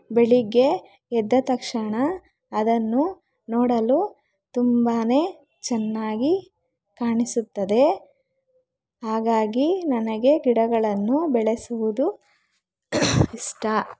ಬೆಳಿಗ್ಗೆ ಎದ್ದ ತಕ್ಷಣ ಅದನ್ನು ನೋಡಲು ತುಂಬಾ ಚೆನ್ನಾಗಿ ಕಾಣಿಸುತ್ತದೆ ಹಾಗಾಗಿ ನನಗೆ ಗಿಡಗಳನ್ನು ಬೆಳೆಸುವುದು ಇಷ್ಟ